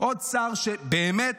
עוד שר, שבאמת,